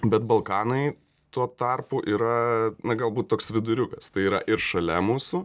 bet balkanai tuo tarpu yra na galbūt toks viduriukas tai yra ir šalia mūsų